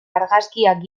argazkiak